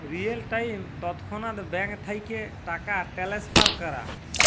real time তৎক্ষণাৎ bank থ্যাইকে টাকা টেলেসফার ক্যরা